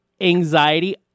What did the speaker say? anxiety